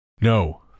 no